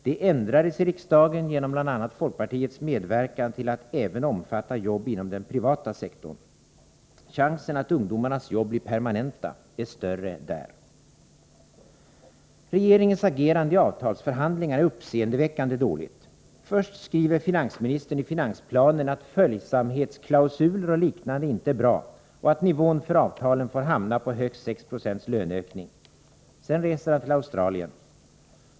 Detta ändrades i riksdagen genom bl.a. folkpartiets medverkan till att även omfatta jobb inom den privata sektorn. Chansen att ungdomarnas jobb blir permanenta är större där. Regeringens agerande i avtalsförhandlingarna är uppseendeväckande dåligt. Först skriver finansministern i finansplanen att följsamhetsklausuler och liknande inte är bra och att nivån för avtalen får hamna på högst 6 9o löneökning. Sedan reser han till Australien.